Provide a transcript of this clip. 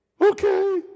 Okay